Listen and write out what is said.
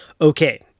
Okay